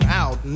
out